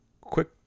quick